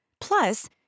plus